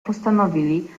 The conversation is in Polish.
postanowili